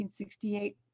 1968